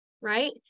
right